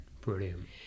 Brilliant